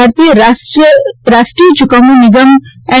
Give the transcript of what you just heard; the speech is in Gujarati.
ભારતીય રાષ્ટ્રીય ચૂકવણી નિગમ એન